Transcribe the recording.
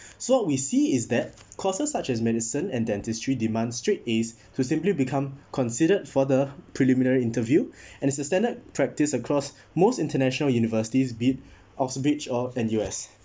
so what we see is that courses such as medicine and dentistry demand straight A's to simply become considered further preliminary interview and is the standard practice across most international universities be it or and U_S